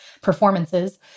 performances